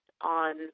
on